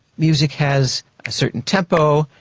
music has a certain tempo,